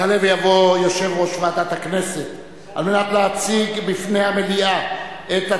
אורלי לוי אבקסיס, דוד רותם, אנסטסיה מיכאלי, דני